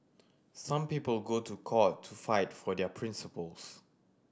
some people go to court to fight for their principles